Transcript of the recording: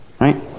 Right